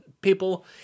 people